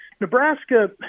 Nebraska